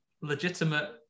legitimate